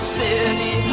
city